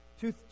Two